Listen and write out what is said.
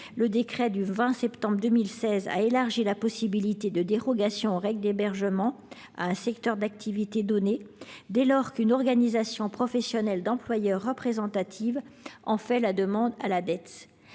le décret du 20 septembre 2016 a élargi les possibilités de dérogation aux règles d’hébergement à un secteur d’activité donné, dès lors qu’une organisation professionnelle d’employeurs représentative en fait la demande à la direction